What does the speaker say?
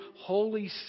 Holy